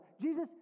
Jesus